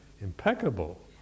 impeccable